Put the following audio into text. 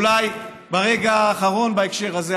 אולי ברגע האחרון בהקשר הזה,